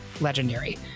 legendary